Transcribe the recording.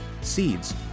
seeds